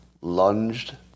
lunged